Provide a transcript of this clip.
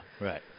Right